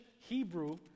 Hebrew